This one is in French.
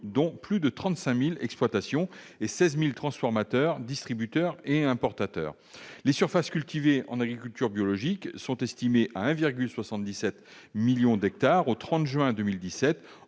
dont plus de 35 000 exploitations et 16 000 transformateurs, distributeurs et importateurs. Les surfaces cultivées en agriculture biologique étaient estimées à 1,77 million d'hectares au 30 juin 2017,